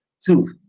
Two